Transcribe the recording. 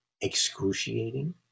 excruciating